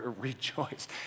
rejoice